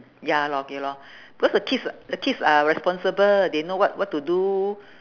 ya lor okay lor cause the kids the kids are responsible they know what what to do